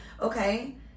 okay